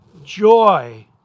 Joy